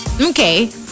Okay